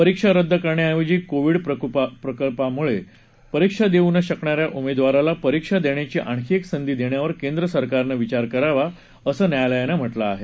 परीक्षा रद्द करण्याऐवजी कोविड प्रकोपामुळे परीक्षा देऊ न शकणाऱ्या उमेदवाराला परीक्षा देण्याची आणखी एक संधी देण्यावर केंद्र सरकारनं विचार करावा असं न्यायालयानं म्हटलं आहे